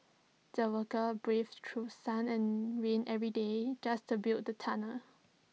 the workers braved through sun and rain every day just to build the tunnel